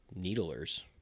needlers